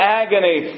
agony